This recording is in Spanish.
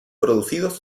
producidos